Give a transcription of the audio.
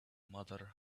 mother